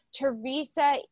Teresa